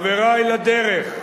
חברי לדרך,